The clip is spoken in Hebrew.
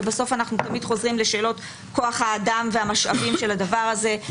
ובסוף אנחנו תמיד חוזרים לשאלות כוח האדם והמשאבים של הדבר הזה,